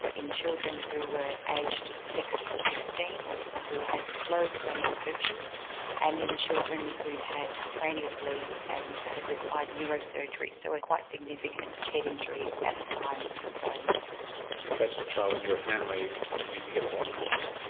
in children who were aged six to sixteen who had closed cranial sutures and in children who'd had cranial bleeds and had required neurosurgery so they had ah quite significant head injuries at the time of diagnosis. if that's a child in your family you need to get the hormones checked?